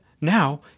Now